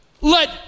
Let